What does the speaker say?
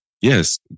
Yes